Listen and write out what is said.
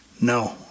no